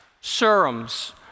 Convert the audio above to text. serums